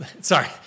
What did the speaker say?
sorry